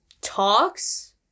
talks